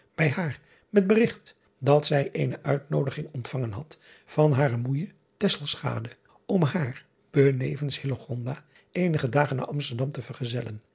bij haar met berigt dat zij eene uitnoodiging ontvangen had van hare moeije om haar benevens eenige dagen naar msterdam te vergezellen